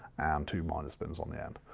and two minor spins on the end.